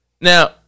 Now